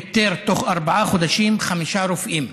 פיטר בתוך ארבעה חודשים חמישה רופאים.